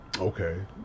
Okay